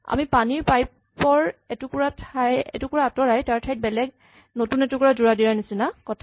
আমি পানীৰ পাইপ ৰ এটুকুৰা আঁতৰাই তাৰ ঠাইত বেলেগ নতুন এটুকুৰা যোৰা দিয়াৰ নিচিনা কথা